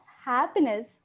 Happiness